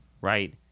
right